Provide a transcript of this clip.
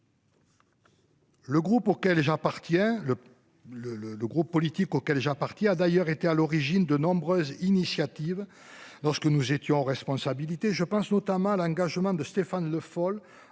le groupe politique auquel j'appartiens a d'ailleurs été à l'origine de nombreuses initiatives lorsque nous étions en responsabilité, je pense notamment à l'engagement de Stéphane Le Foll,